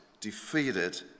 defeated